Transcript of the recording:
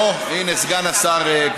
הינה סגן השר.